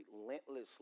relentlessly